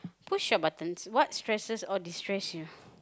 push your buttons what stresses or destress you